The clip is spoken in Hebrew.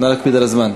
נא להקפיד על הזמן.